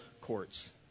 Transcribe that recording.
courts